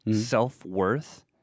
self-worth